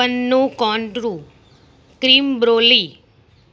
panna cotta creme Broly